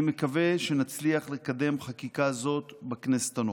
אני מקווה שנצליח לקדם חקיקה זו בכנסת הנוכחית.